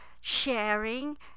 sharing